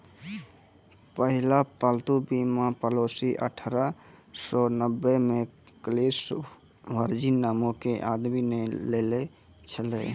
पहिला पालतू बीमा पॉलिसी अठारह सौ नब्बे मे कलेस वर्जिन नामो के आदमी ने लेने छलै